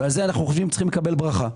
ועל זה אנחנו חושבים שאנחנו צריכים לקבל ברכה.